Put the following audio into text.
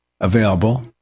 available